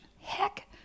heck